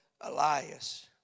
Elias